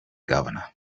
governor